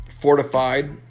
fortified